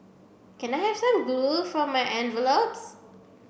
can I have some glue for my envelopes